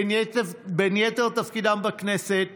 בין יתר תפקידיו בכנסת